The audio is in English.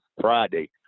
Friday